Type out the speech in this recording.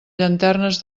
llanternes